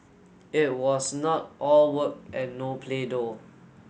it was not all work and no play though